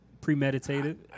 Premeditated